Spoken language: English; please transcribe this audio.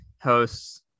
hosts